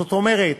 זאת אומרת,